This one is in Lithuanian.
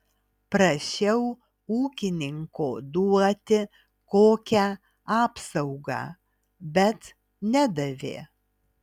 prašiau ūkininko duoti kokią apsaugą bet nedavė